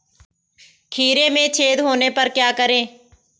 खीरे में छेद होने पर क्या करें?